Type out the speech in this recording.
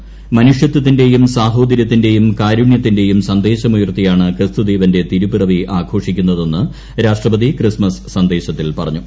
ഈ ് മനുഷ്യത്തിന്റേയും സാഹോദര്യത്തിന്റേയും കാരുണ്യത്തിന്റെയും സന്ദേശമുയർത്തിയാണ് ക്രിസ്തുദേവന്റെ തിരുപിറവി ആഘോഷിക്കുന്നതെന്ന് രാഷ്ട്രപതി ക്രിസ്മസ് സന്ദേശത്തിൽ പറഞ്ഞു